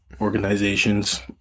organizations